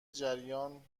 جریان